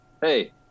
hey